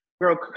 girl